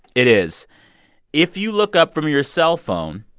it is if you look up from your cellphone,